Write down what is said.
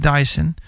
Dyson